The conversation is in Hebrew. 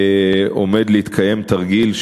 עומד להתקיים תרגיל,